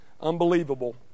unbelievable